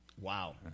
Wow